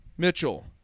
Mitchell